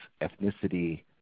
ethnicity